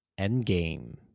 Endgame